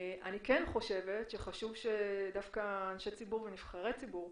חשוב שאנשי ציבור ונבחרי ציבור,